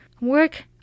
work